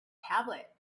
tablet